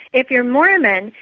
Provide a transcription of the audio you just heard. if you're mormon,